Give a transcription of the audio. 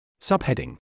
Subheading